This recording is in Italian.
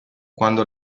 quando